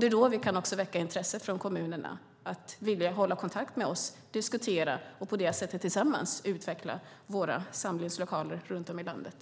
Det är då vi kan väcka intresset från kommunerna att vilja hålla kontakt med oss och diskutera, för att vi på det sättet tillsammans ska kunna utveckla våra samlingslokaler runt om i landet.